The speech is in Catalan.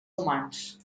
humans